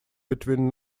between